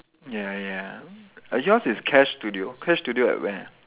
ya ya yours is Cash Studio Cash Studio at where